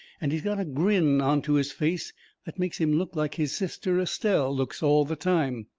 and he's got a grin onto his face that makes him look like his sister estelle looks all the time.